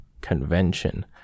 convention